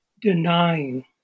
denying